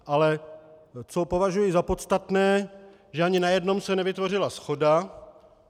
Ale co považuji za podstatné, že ani na jednom se nevytvořila shoda.